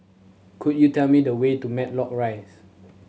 could you tell me the way to Matlock Rise